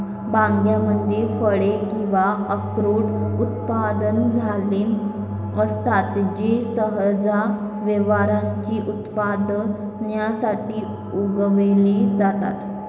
बागांमध्ये फळे किंवा अक्रोड उत्पादक झाडे असतात जे सहसा व्यावसायिक उत्पादनासाठी उगवले जातात